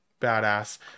Badass